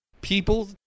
People